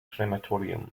crematorium